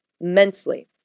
immensely